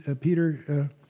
Peter